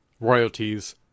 royalties